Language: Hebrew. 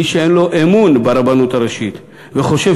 מי שאין לו אמון ברבנות הראשית וחושב